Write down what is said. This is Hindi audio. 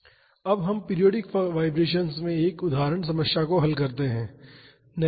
अब हम पीरियाडिक वाईब्रेशन्स में एक उदाहरण समस्या को हल करते हैं